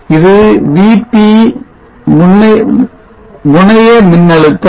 இது VT முன்னைய மின்னழுத்தம்